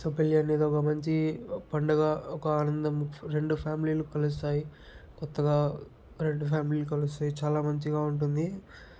so పెళ్ళి అనేది ఒక మంచి పండుగ ఒక ఆనందం రెండు ఫ్యామిలీలు కలుస్తాయి కొత్తగా రెండు ఫ్యామిలీలు కలుస్తాయి చాలా మంచిగా ఉంటుంది